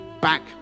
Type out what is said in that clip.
back